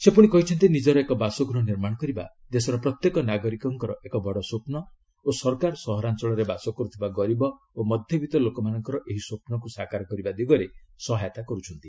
ସେ କହିଛନ୍ତି ନିଜର ଏକ ବାସଗୃହ ନିର୍ମାଣ କରିବା ଦେଶର ପ୍ରତ୍ୟେକ ନାଗରିକଙ୍କର ଏକ ବଡ଼ ସ୍ୱପ୍ନ ଓ ସରକାର ସହରାଞ୍ଚଳରେ ବାସ କରୁଥିବା ଗରିବ ଓ ମଧ୍ୟବିତ୍ତ ଲୋକମାନଙ୍କର ଏହି ସ୍ୱପ୍ନକୁ ସାକାର କରିବା ଦିଗରେ ସହାୟତା କରୁଛନ୍ତି